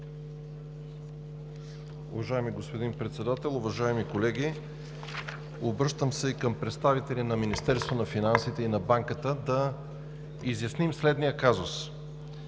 Уважаеми господин Председател, уважаеми колеги! Обръщам се към представителите на Министерството на финансите и на Банката, за да изясним следния казус.